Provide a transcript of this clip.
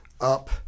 up